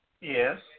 Yes